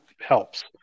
helps